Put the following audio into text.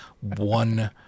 one